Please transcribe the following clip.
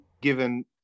given